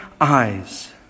eyes